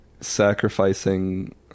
sacrificing